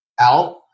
out